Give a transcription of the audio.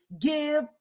give